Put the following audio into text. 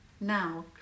Now